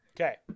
Okay